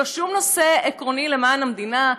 לא שום נושא עקרוני למען המדינה,